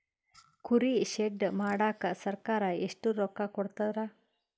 ಕುರಿ ಶೆಡ್ ಮಾಡಕ ಸರ್ಕಾರ ಎಷ್ಟು ರೊಕ್ಕ ಕೊಡ್ತಾರ?